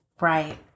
Right